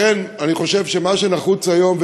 לכן אני חושב שמה שנחוץ היום,